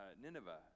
Nineveh